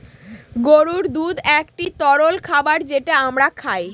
গরুর দুধ একটি তরল খাবার যেটা আমরা খায়